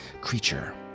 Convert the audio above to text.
Creature